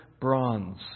bronze